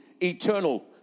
eternal